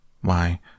Why